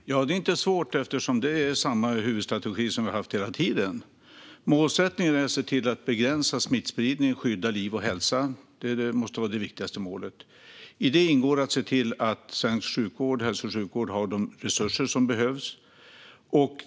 Fru talman! Det är inte svårt, eftersom det är samma huvudstrategi som vi har haft hela tiden. Målsättningen är att begränsa smittspridning och skydda liv och hälsa. Det måste vara det viktigaste målet. I detta ingår att se till att svensk hälso och sjukvård har de resurser som behövs.